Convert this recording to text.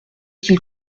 qu’il